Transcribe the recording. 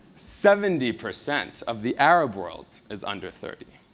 seventy percent of the arab world is under thirty.